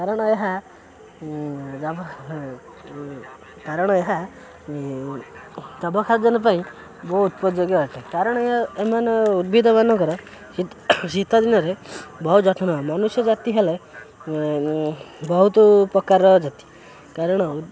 କାରଣ ଏହା କାରଣ ଏହା ଯବକ୍ଷାରଜାନ ପାଇଁ ବହୁ ଉପଯୋଗୀ ଅଟେ କାରଣ ଏହା ଏମାନ ଉଦ୍ଭିଦ ମାନଙ୍କର ଶୀତ ଦିନରେ ବହୁ ଯତ୍ନ ହୁଏ ମନୁଷ୍ୟ ଜାତି ହେଲେ ବହୁତ ପ୍ରକାରର ଜାତି କାରଣ